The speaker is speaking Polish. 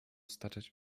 staczać